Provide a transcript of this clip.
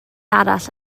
arall